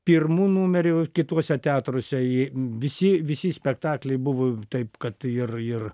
pirmu numeriu kituose teatruose jie visi visi spektakliai buvo taip kad ir ir